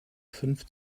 fünf